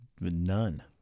None